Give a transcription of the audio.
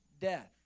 death